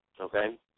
okay